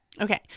Okay